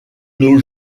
nos